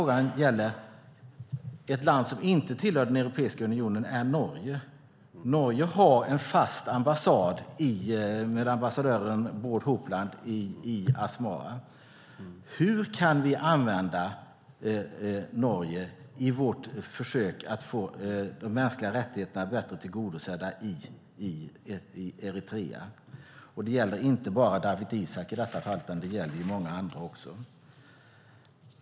Ett land som inte tillhör den europeiska unionen är Norge, och Norge har en fast ambassad med ambassadören Bård Hopland i Asmara. Min andra fråga är: Hur kan vi använda Norge i våra försök att få de mänskliga rättigheterna bättre tillgodosedda i Eritrea? Det gäller inte bara Dawit Isaak, utan det gäller många andra också.